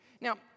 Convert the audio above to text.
Now